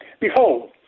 Behold